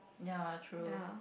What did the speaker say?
ya true